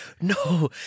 No